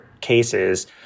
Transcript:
cases